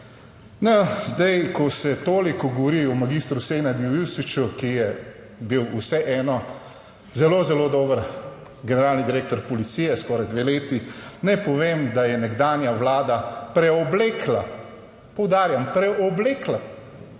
No, zdaj ko se toliko govori o magistru Senadu Jušiću, ki je bil vseeno zelo, zelo dober generalni direktor policije skoraj dve leti, naj povem, da je nekdanja Vlada preoblekla, poudarjam preoblekla